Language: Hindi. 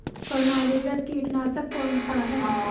प्रणालीगत कीटनाशक कौन सा है?